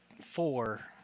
four